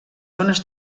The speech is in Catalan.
zones